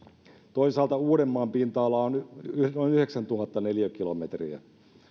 toisaalta uudenmaan pinta ala on noin yhdeksäntuhatta neliökilometriä